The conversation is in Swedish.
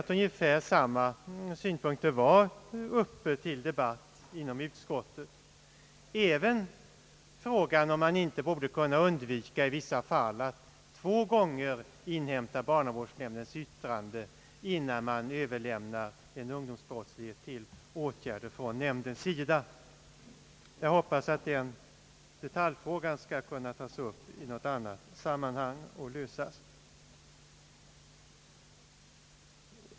Ungefär samma synpunkter var uppe till debatt inom utskottet, även frågan om man inte i vissa fall borde kunna undvika att två gånger inhämta barnavårdsnämndens yttrande innan veder börande ungdomsbrottsling överlämnas till nämnden för åtgärder. Jag hoppas att denna detaljfråga skall kunna tas upp och lösas i något annat sammanhang.